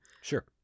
Sure